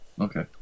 Okay